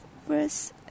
verse